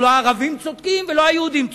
לא הערבים צודקים ולא היהודים צודקים.